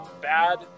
bad